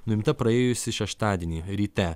nuimta praėjusį šeštadienį ryte